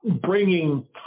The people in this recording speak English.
bringing